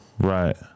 Right